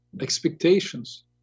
expectations